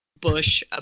bush